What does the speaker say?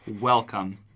Welcome